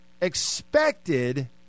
expected